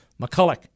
McCulloch